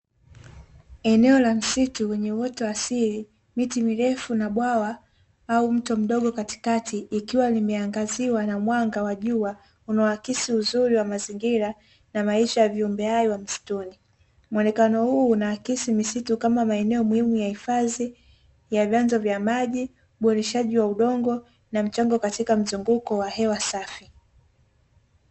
Eneo la msitu lenye uoto wa asili, miti mirefu na bwawa au mto mdogo katikati, likiwa limeangaziwa na mwanga wa jua unaoakisi uzuri wa mazingira na maisha ya viumbe hai wa msituni. Muonekano huu una akisi misitu kama maeneo muhimu ya hifadhi ya vyanzo vya maji, uboreshaji wa udongo na mchango katika mzunguko wa hewa safi.